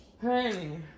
hey